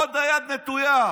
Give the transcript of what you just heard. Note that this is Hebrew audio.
עוד היד נטויה.